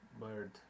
bird